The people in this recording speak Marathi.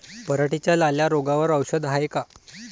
पराटीच्या लाल्या रोगावर औषध हाये का?